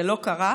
זה לא קרה,